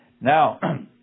Now